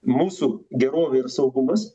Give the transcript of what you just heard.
mūsų gerovė ir saugumas